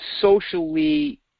socially